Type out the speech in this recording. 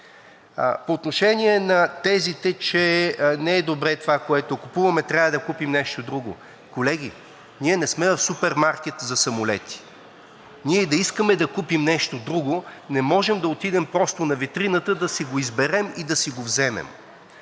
По отношение на тезите, че не е добре това, което купуваме, трябва да купим нещо друго. Колеги, ние не сме в супермаркет за самолети. Ние и да искаме да купим нещо друго, не можем да отидем просто на витрината да си го изберем и да си го вземем.